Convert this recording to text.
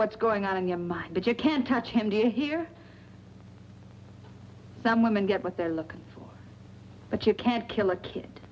what's going on in your mind but you can't touch him do you hear some women get what they're looking for but you can't kill a kid